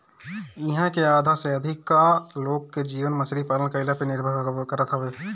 इहां के आधा से अधिका लोग के जीवन मछरी पालन कईला पे निर्भर करत हवे